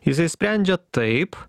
jisai sprendžia taip